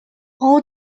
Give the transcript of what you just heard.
all